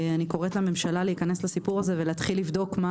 אני קוראת לממשלה להיכנס לסיפור הזה ולבדוק מה